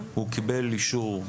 הוא קיבל אישור.